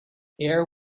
air